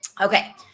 Okay